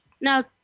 Now